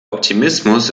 optimismus